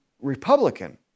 Republican